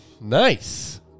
Nice